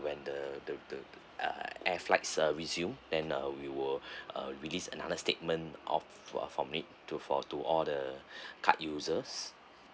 when the the the uh air flight service resume then uh we will uh release another statement of for made to for to all the card users